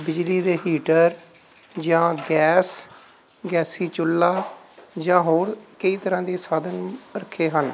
ਬਿਜਲੀ ਦੇ ਹੀਟਰ ਜਾਂ ਗੈਸ ਗੈਸੀ ਚੁੱਲ੍ਹਾ ਜਾਂ ਹੋਰ ਕਈ ਤਰ੍ਹਾਂ ਦੇ ਸਾਧਨ ਰੱਖੇ ਹਨ